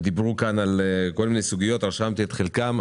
דיברו כאן על כל מיני סוגיות - רשמתי את חלקן.